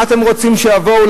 מה אתם רוצים שיבואו?